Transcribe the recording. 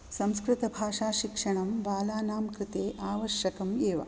संस्कृतशिक्षणं बालानां कृते आवश्यकम् एव